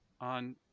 on